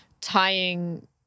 tying